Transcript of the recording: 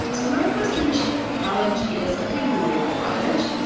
so northwestern michigan college is a community college.